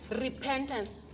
repentance